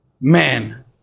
Man